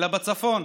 אלא הצפון.